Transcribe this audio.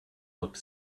looked